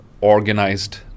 organized